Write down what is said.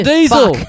diesel